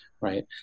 right